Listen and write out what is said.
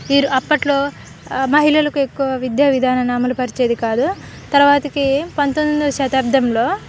అప్పట్లో మహిళలకు ఎక్కువ విద్యా విధానం అమలుపరిచేది కాదు తర్వాతకి పంతొమ్మిది వందల శతాబ్దంలో